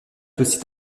aussi